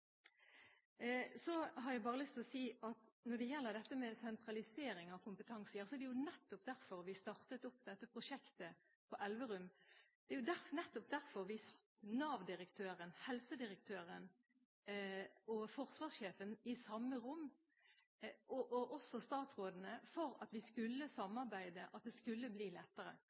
Når det gjelder dette med sentralisering av kompetanse, er det jo nettopp derfor vi startet opp dette prosjektet på Elverum. Der er jo nettopp derfor Nav-direktøren, helsedirektøren og forsvarssjefen – og også statsrådene – ble satt i samme rom, for at man skulle samarbeide, at det skulle bli lettere.